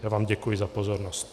Já vám děkuji za pozornost.